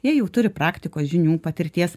jie jau turi praktikos žinių patirties